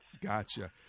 Gotcha